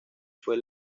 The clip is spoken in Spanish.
fue